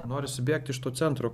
norisi bėgti iš to centro